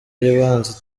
y’ibanze